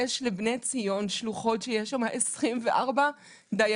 יש לבני ציון שלוחות עם 24 דיירים.